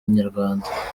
nyarwanda